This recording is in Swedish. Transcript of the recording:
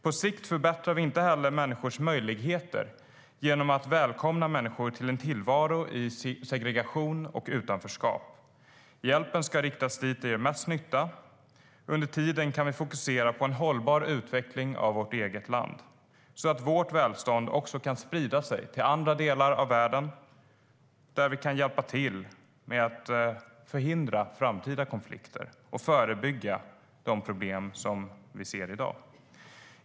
På sikt förbättrar vi inte heller människors möjligheter genom att välkomna människor till en tillvaro i segregation och utanförskap. Hjälpen ska riktas dit där den gör mest nytta. Under tiden kan vi fokusera på en hållbar utveckling av vårt eget land, så att vårt välstånd också kan sprida sig till andra delar av världen där vi kan hjälpa till med att förhindra framtida konflikter och förebygga de problem som vi ser i dag.